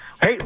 Hey